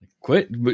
Quit